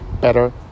better